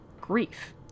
Grief